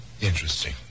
Interesting